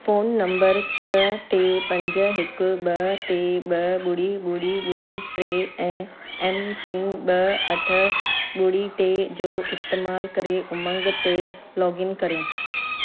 phone number छह टे पंज हिक ॿ टे ॿ ॿुड़ी ॿुड़ी ॿुड़ी टे ऐं एम पिन ॿ अठ ॿुड़ी टे जो इस्तेमालु करे उमंग ते लोगइन कयो